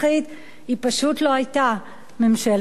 היא פשוט לא היתה ממשלת נתניהו.